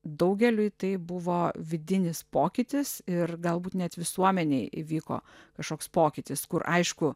daugeliui tai buvo vidinis pokytis ir galbūt net visuomenėj įvyko kažkoks pokytis kur aišku